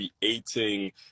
creating